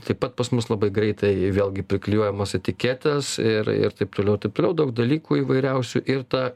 taip pat pas mus labai greitai vėlgi priklijuojamos etiketės ir ir taip toliau taip toliau daug dalykų įvairiausių ir ta